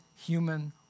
human